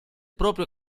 proprio